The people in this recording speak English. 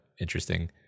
interesting